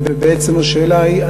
ובעצם השאלה היא,